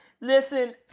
listen